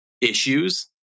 issues